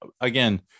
again